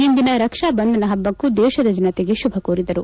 ಇಂದಿನ ರಕ್ಷಾ ಬಂಧನ ಪಬ್ಬಕ್ಕೂ ದೇಶದ ಜನತೆಗೆ ಶುಭ ಕೋರಿದರು